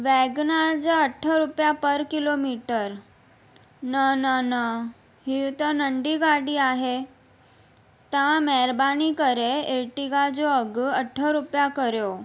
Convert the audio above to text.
वेगानार जा अठ रुपिया पर किलोमीटर न न न हीअ त नंढी गाॾी आहे तव्हां महिरबानी करे एटिगा जो अघ अठ रुपिया करियो